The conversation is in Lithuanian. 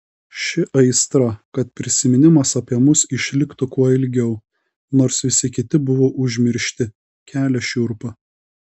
ši aistra kad prisiminimas apie mus išliktų kuo ilgiau nors visi kiti buvo užmiršti kelia šiurpą